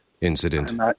incident